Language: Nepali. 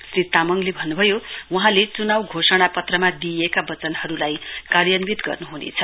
श्री तामङले भन्नुभयो वहाँले चुनाउ घोषणा पत्रमा दिइएका वचनहरुलाई कार्यन्वित गर्नु हुनेछ